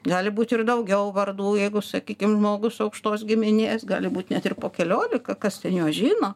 gali būti ir daugiau vardų jeigu sakykim žmogus aukštos giminės gali būt net ir po keliolika kas ten juos žino